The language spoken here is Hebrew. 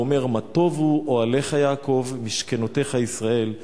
אומר: מה טובו אוהליך יעקב משכנותיך ישראל,